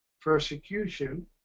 persecution